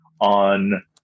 on